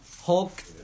Hulk